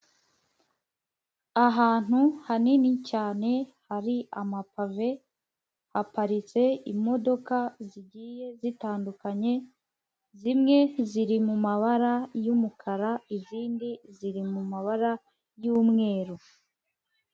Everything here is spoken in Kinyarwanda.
ahantu hanini cyane hari amapave haparitse imodoka zigiye zitandukanye zimwe ziri mu mabara y'umukara izindi ziri mumabara y'umweru.